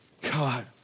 God